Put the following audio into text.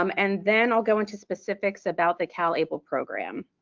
um and then i'll go into specifics about the cal able program.